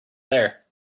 there